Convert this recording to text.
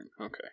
okay